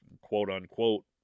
quote-unquote